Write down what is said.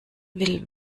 will